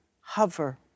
Hover